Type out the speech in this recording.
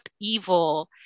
evil